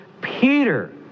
Peter